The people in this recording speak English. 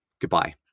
goodbye